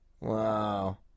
Wow